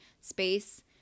space